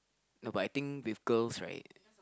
no but I think with girls right